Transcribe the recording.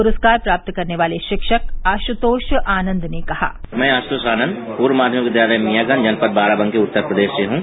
पुरस्कार प्राप्त करने वाले शिक्षक आश्तोष आनंद ने कहा मैं आयुतोष आनंद पूर्व माध्यमिक विद्यालय मियांगंज जनपद बाराबंकी उत्तरप्रदेश से हूं